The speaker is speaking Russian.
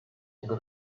юго